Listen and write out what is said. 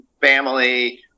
family